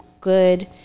good